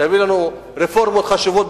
תביא לנו בכנסת רפורמות חשובות.